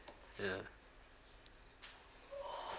yeah